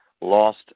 lost